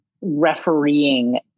refereeing